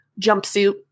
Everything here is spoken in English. jumpsuit